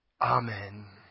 amen